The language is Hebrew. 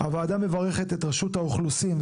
הוועדה מברכת את רשות האוכלוסין,